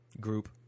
group